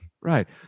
right